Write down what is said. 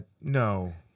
No